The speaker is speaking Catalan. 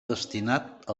destinat